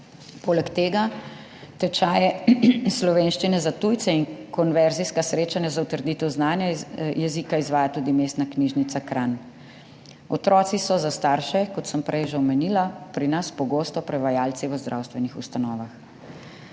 Poleg tega tečaje slovenščine za tujce in konverzijska srečanja za utrditev znanja jezika izvaja tudi Mestna knjižnica Kranj. Otroci so za starše,« kot sem prej že omenila, »pri nas pogosto prevajalci v zdravstvenih ustanovah.«